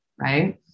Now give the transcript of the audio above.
right